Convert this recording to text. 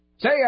Say